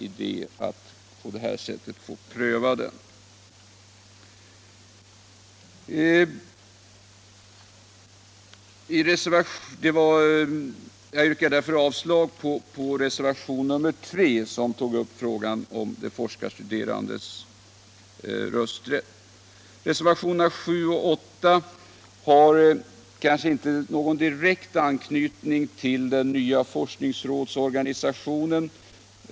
Jag yrkar avslag på reservationen 3, som tar upp frågan om de forskarstuderandes rösträtt. Reservationerna 7 och 8 har kanske inte någon direkt anknytning till den nya forskningsrådsorganisationen.